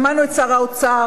שמענו את שר האוצר,